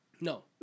No